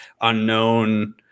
unknown